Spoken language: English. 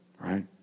Right